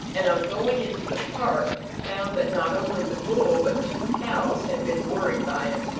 and on going into the park, found that not only the bull, but two cows had been worried by him.